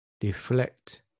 deflect